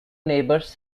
neighbours